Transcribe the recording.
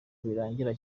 birangira